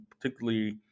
particularly